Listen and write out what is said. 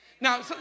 Now